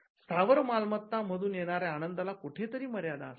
स्थावर मालमत्ता मधून येणाऱ्या आनंदाला कुठेतरी मर्यादा असते